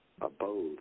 abode